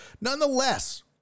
Nonetheless